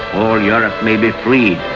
all europe may be freed.